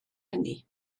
hynny